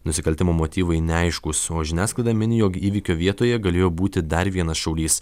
nusikaltimo motyvai neaiškūs o žiniasklaida mini jog įvykio vietoje galėjo būti dar vienas šaulys